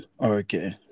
Okay